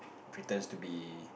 pretends to be